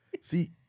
see